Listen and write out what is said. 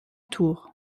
tour